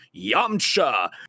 Yamcha